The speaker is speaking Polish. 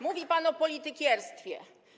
Mówi pan o politykierstwie.